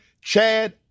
Chad